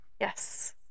Yes